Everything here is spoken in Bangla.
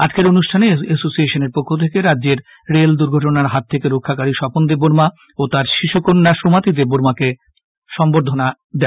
আজকের অনুষ্ঠনে এসোসিয়েশনের পক্ষ থেকে রাজ্যের রেল দুর্ঘটনার হাত থেকে রক্ষাকারি স্বপন দেববর্মা ও তার শিশু কন্যা সোমাতি দেব্বর্মাকে সংবর্ধনা দেওয়া হয়